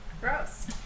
gross